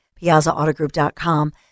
piazzaautogroup.com